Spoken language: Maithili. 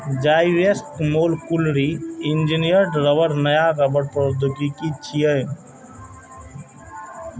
जाइवेक्स मोलकुलरी इंजीनियर्ड रबड़ नया रबड़ प्रौद्योगिकी छियै